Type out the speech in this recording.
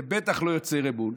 זה בטח לא יוצר אמון.